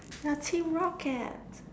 we're team rocket